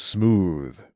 Smooth